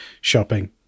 shopping